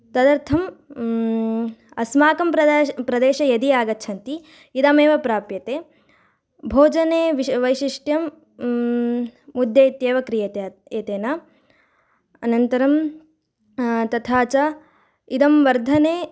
तदर्थम् अस्माकं प्रदेशे प्रदेशे यदि आगच्छन्ति इदमेव प्राप्यते भोजने विश् वैशिष्ट्यं मुद्दे इत्येव क्रियते अत् एतेन अनन्तरं तथा च इदं वर्धने